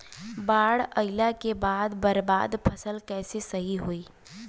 बाढ़ आइला के बाद बर्बाद फसल कैसे सही होयी?